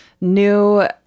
new